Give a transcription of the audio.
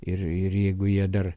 ir ir jeigu jie dar